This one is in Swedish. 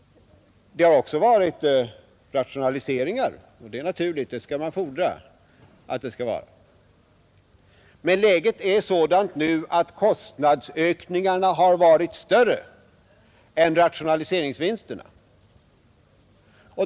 Det har också varit rationaliseringar — det är naturligt, och det skall man fordra — men läget är sådant nu att kostnadsökningarna har varit större än rationaliseringsvinsterna.